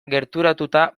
gerturatuta